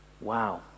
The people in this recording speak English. wow